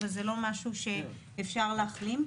אבל זה לא משהו שאפשר להחלים ממנו.